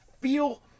feel